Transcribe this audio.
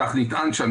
כך נטען שם,